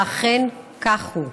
ואכן, כך הוא.